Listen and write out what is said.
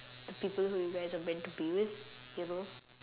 the people who you guys are meant to be with you know